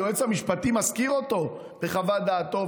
היועץ המשפטי מזכיר אותו בחוות דעתו,